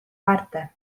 warte